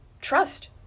Trust